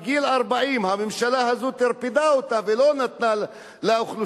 בגיל 40. הממשלה הזאת טרפדה אותה ולא נתנה לאוכלוסייה,